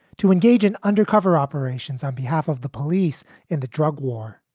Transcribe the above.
to engage in undercover operations on behalf of the police in the drug war.